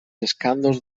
escàndols